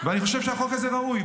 אני חושב שהחוק הזה ראוי,